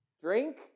drink